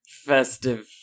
festive